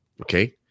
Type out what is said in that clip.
Okay